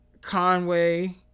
Conway